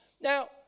Now